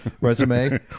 resume